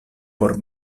por